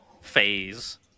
phase